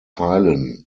heilen